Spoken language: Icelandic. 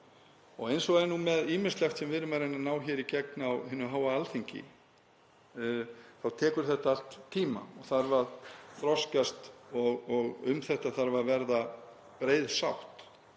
Og eins og er með ýmislegt sem við erum að reyna að ná í gegn á hinu háa Alþingi þá tekur þetta allt tíma og þarf að þroskast og um þetta þarf að verða breið sátt,